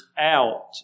out